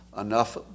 enough